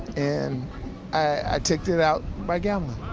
and i ticked it out by gambling.